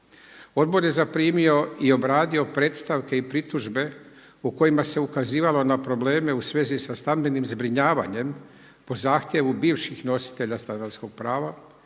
Odbor je zaprimio i obradio predstavke i pritužbe u kojima se ukazivalo na probleme u svezi sa stambenim zbrinjavanjem po zahtjevu bivših nositelja stanarskog prava,